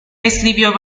escribió